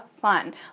fun